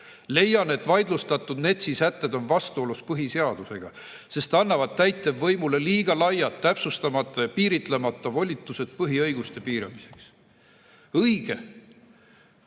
tõrje seaduse (NETS) sätted on vastuolus põhiseadusega, sest annavad täitevvõimule liiga laiad, täpsustamata ja piiritlemata volitused põhiõiguste piiramiseks." Õige!